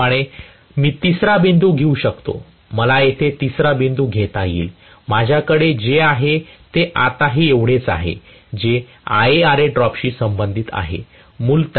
त्याचप्रमाणे मी तिसरा बिंदूं घेऊ शकतो मला येथे तिसरा बिंदूं घेता येईल माझ्याकडे जे आहे ते आता हे जेवढे तेवढेच आहे जे IaRa ड्रॉपशी संबंधित आहे